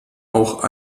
auch